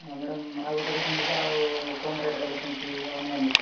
ହଁ ମ୍ୟାଡ଼ାମ୍ ଆଉ ଗୋଟେ ଦେଖାନ୍ତୁ ତ ଆଉ କମ ରେଟ୍ବାଲା ସେମିତି ଆଉ ନାହିଁ ନି